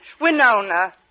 Winona